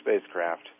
spacecraft